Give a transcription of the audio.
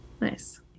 Nice